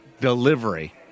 delivery